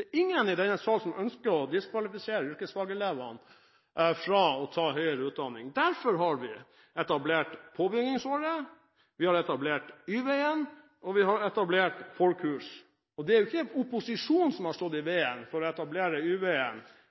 Det er ingen i denne salen som ønsker å diskvalifisere yrkesfagelevene fra å ta høyere utdanning. Derfor har vi etablert påbyggingsåret, vi har etablert Y-veien, og vi har etablert forkurs. Det er jo ikke opposisjonen som har stått i veien for å etablere